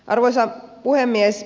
arvoisa puhemies